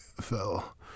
Fell